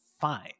fine